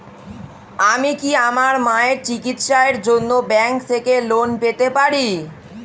আমি কি আমার মায়ের চিকিত্সায়ের জন্য ব্যঙ্ক থেকে লোন পেতে পারি?